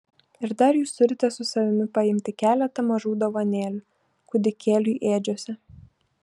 ir dar jūs turite su savimi paimti keletą mažų dovanėlių kūdikėliui ėdžiose